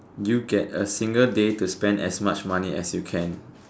you get a single day to spend as much money as you can